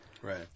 Right